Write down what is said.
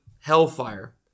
hellfire